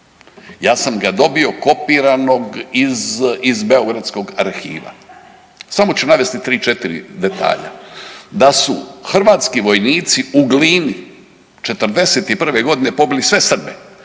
Ja sam ga dobio kopiranog iz beogradskog arhiva, samo ću navesti 3, 4 detalja. Da su hrvatski vojnici u Glini '41. g. pobili sve Srbe,